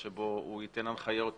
למה אדם שהוא פעיל במועצה של מפלגה,